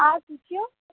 आओर पूछू